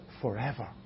forever